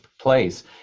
place